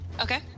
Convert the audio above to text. Okay